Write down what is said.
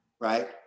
Right